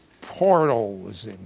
portals